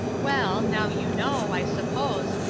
well, now you know, i suppose,